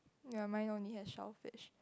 ya mine only have shellfish